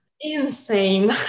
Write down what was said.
insane